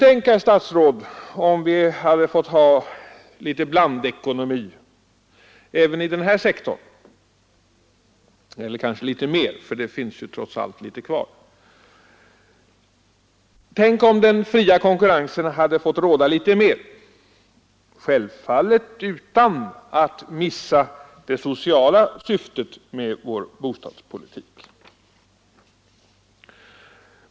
Men tänk, herr statsråd, om vi hade fått ha litet blandekonomi även i den här sektorn — eller rättare sagt litet mer blandekonomi, för det finns trots allt någon kvar. Tänk om den fria konkurrensen hade fått råda litet mer, självfallet utan att missa det sociala syftet med vår bostadspolitik!